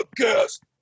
podcast